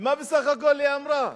ומה בסך הכול היא אמרה?